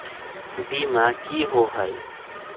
बीमा की होअ हई?